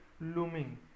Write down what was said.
looming